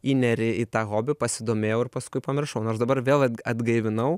įneri į tą hobį pasidomėjau ir paskui pamiršau nors dabar vėl atgaivinau